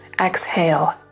exhale